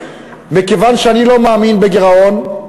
מכיוון שאני לא מאמין בגירעון,